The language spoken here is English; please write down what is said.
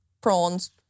prawns